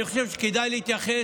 אני חושב שכדאי להתייחס,